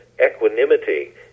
equanimity